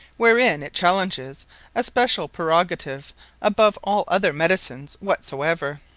wherein it chalenges a speciall prerogative above all other medicines whatsoever.